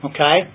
Okay